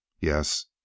Yes